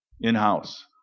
in-house